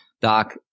Doc